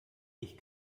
ich